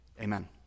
Amen